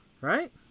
Right